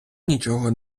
нічого